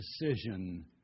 decision